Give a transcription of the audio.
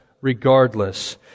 regardless